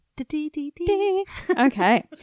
Okay